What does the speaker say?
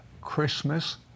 Christmas